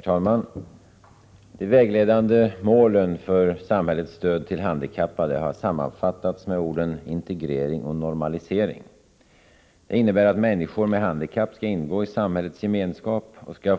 Herr talman! De vägledande målen för samhällets stöd till handikappade har sammanfattats med orden integrering och normalisering. Det innebär att människor med handikapp skall ingå i samhällets gemenskap och skall